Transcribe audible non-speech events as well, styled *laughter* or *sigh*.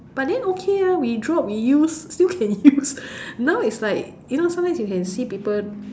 but then okay ah we drop we use still can use *laughs* now it's like you know sometimes you can see people